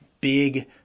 big